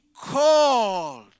called